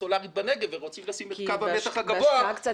סולרית בנגב ורוצים לשים קו מתח גבוה זה לא.